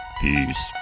Peace